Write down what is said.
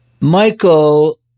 Michael